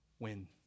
win